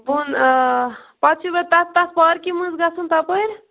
بۄن آ پَتہٕ چھُ وۄنۍ تتھ تتھ پارکہ مَنٛز گَژھُن تَپٲر